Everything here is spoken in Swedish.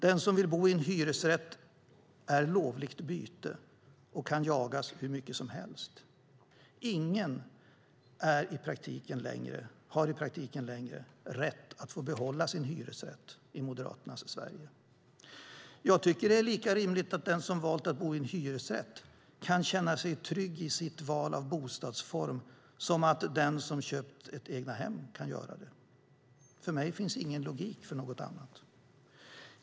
Den som vill bo i en hyresrätt är lovligt byte och kan jagas hur mycket som helst. Ingen har i praktiken längre rätt att få behålla sin hyresrätt i Moderaternas Sverige. Jag tycker att det är lika rimligt att den som valt att bo i hyresrätt kan känna sig trygg i sitt val av bostadsform som att den som köpt ett egnahem kan göra det. För mig finns ingen logik för något annat.